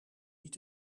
niet